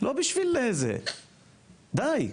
לא בשביל זה, די.